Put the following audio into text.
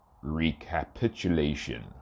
recapitulation